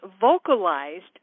vocalized